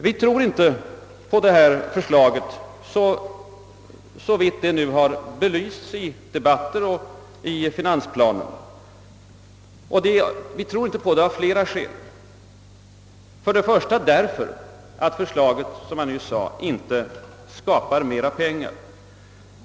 Vi tror inte på förslaget om en näringspolitisk fond sådant det nu har belysts i debatten och i finansplanen. Vi tror inte på det av flera skäl. För det första skapar förslaget, som jag nyss sade, inte mera pengar.